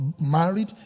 married